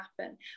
happen